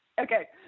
Okay